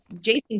Jason